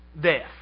death